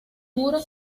muro